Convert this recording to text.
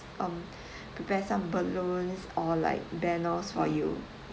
um prepare some balloon or like banners for you